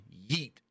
Yeet